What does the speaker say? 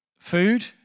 Food